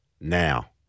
now